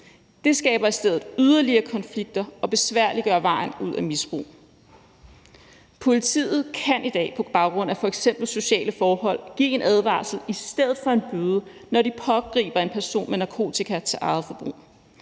Det skaber i stedet yderligere konflikter og besværliggør vejen ud af misbrug. Politiet kan i dag på baggrund af f.eks. sociale forhold give en advarsel i stedet for en bøde, når de pågriber en person med narkotika til eget forbrug,